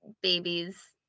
babies